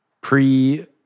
pre